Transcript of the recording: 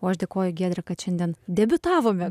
o aš dėkoju giedrė kad šiandien debiutavome